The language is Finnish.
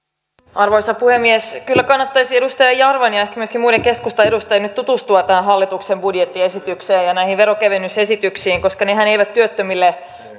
arvoisa puhemies kyllä kannattaisi edustaja jarvan ja ehkä myöskin muiden keskustan edustajien nyt tutustua tähän hallituksen budjettiesitykseen ja näihin veronkevennysesityksiin koska nehän eivät työttömille